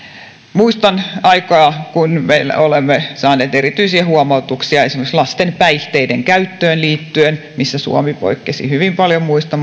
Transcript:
muistan aikaa kun me olemme saaneet erityisiä huomautuksia esimerkiksi lasten päihteiden käyttöön liittyen missä suomi poikkesi hyvin paljon muista